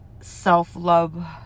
self-love